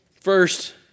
First